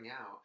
out